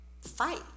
fight